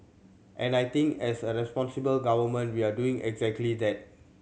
and I think as a responsible government we're doing exactly that